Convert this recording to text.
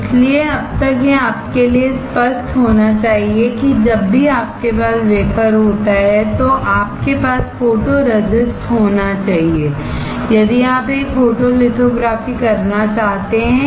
इसलिए अब तक यह आपके लिए स्पष्ट होना चाहिए कि जब भी आपके पास वेफर होता है तो आपके पास फोटोरेसिस्ट होना चाहिए यदि आप एक फोटोलिथोग्राफी करना चाहते हैं